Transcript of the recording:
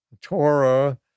Torah